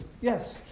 Yes